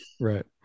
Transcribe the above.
Right